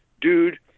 dude